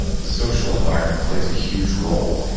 ah the social environment plays a huge role,